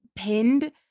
pinned